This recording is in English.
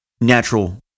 natural